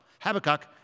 Habakkuk